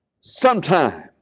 sometime